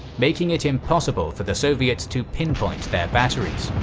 making it impossible for the soviets to pinpoint their batteries.